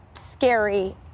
scary